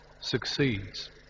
succeeds